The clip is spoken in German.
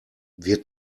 wir